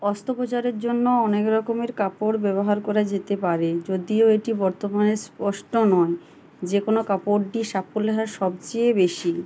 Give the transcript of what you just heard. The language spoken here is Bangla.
অস্ত্রপচারের জন্য অনেক রকমের কাপড় ব্যবহার করা যেতে পারে যদিও এটি বর্তমানে স্পষ্ট নয় যে কোনো কাপড়টির সাফল্যের হার সবচেয়ে বেশি